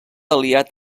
aliat